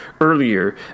earlier